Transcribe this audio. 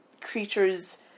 creature's